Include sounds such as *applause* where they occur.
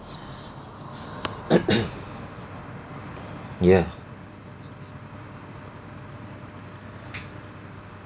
*coughs* ya